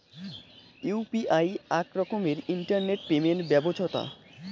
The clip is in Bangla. ইউ.পি.আই আক রকমের ইন্টারনেট পেমেন্ট ব্যবছথা